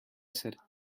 said